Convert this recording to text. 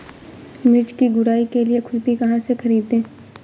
मिर्च की गुड़ाई के लिए खुरपी कहाँ से ख़रीदे?